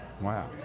Wow